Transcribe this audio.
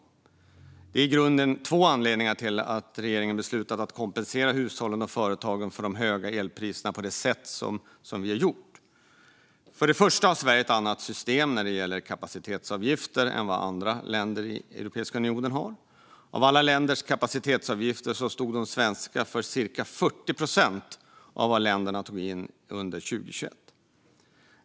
Det finns i grunden två anledningar till att regeringen beslutat att kompensera hushållen och företagen för de höga elpriserna på detta sätt. För det första har Sverige ett annat system för kapacitetsavgifter än vad andra länder i Europeiska unionen har. De svenska kapacitetsavgifterna stod för cirka 40 procent av vad alla länder tog in under 2021.